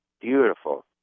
Beautiful